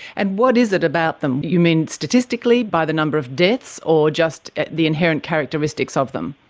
and what is it about them? you mean statistically by the number of deaths or just the inherent characteristics of them?